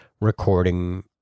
recording